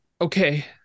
Okay